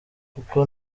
kuko